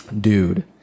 Dude